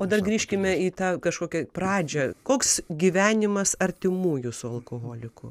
o dar grįžkime į tą kažkokią pradžią koks gyvenimas artimųjų su alkoholiku